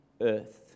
earth